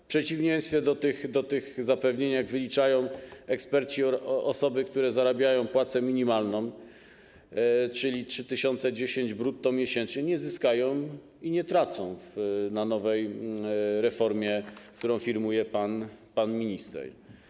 W przeciwieństwie do tych zapewnień dzisiaj, jak wyliczają eksperci, osoby, które zarabiają płacę minimalną, czyli 3010 zł brutto miesięcznie, nie zyskają i nie tracą na nowej reformie, którą firmuje pan minister.